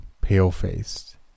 pale-faced